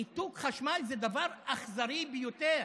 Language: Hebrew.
ניתוק חשמל זה דבר אכזרי ביותר,